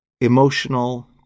emotional